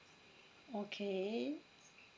okay